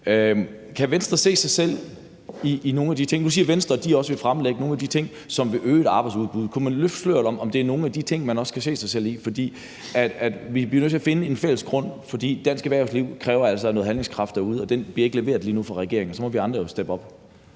Kan Venstre se sig selv i nogle af de ting? Nu siger Venstre, at de også vil fremlægge nogle ting, som vil øge arbejdsudbuddet. Kunne man løfte sløret for, om det er nogle af de ting, man kan se sig selv i, for vi er nødt til at finde en fælles grund? Dansk erhvervsliv kræver altså noget handlekraft derude. Den bliver ikke leveret lige nu af regeringen, og så må vi andre jo steppe op.